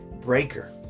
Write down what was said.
breaker